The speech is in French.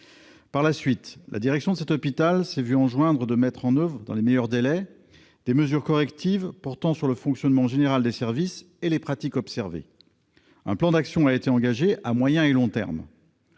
Par la suite, la direction de cet hôpital s'est vu enjoindre de mettre en oeuvre dans les meilleurs délais des mesures correctives portant sur le fonctionnement général des services et les pratiques observées. Un plan d'actions a été engagé à moyen et long termes.